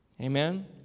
Amen